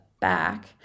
back